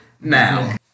now